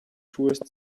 truest